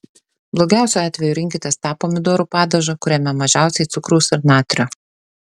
blogiausiu atveju rinkitės tą pomidorų padažą kuriame mažiausiai cukraus ir natrio